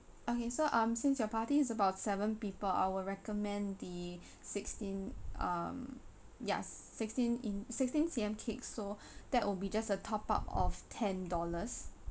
okay so um since your party is about seven people I will recommend the sixteen mm yeah sixteen in~ sixteen C_M cake so that will be just a top up of ten dollars